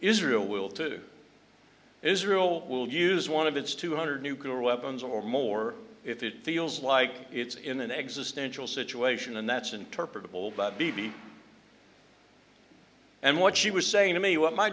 israel will to israel will use one of its two hundred nuclear weapons or more if it feels like it's in an existential situation and that's interpretable but be beat and what she was saying to me what my